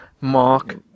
Mark